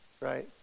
right